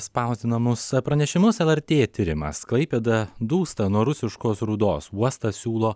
spausdinamus pranešimus lrt tyrimas klaipėda dūsta nuo rusiškos rūdos uostas siūlo